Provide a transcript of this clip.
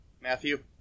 Matthew